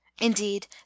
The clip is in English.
Indeed